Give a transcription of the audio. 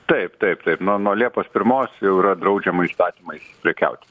taip taip taip nuo nuo liepos pirmos jau yra draudžiama įstatymais prekiauti